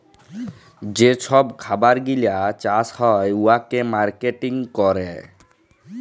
যে ছব খাবার গিলা চাষ হ্যয় উয়াকে মার্কেটিং ক্যরে